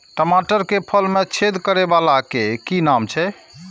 टमाटर के फल में छेद करै वाला के कि नाम छै?